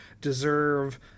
deserve